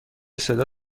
صدا